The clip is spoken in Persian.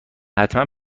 حتما